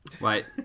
Wait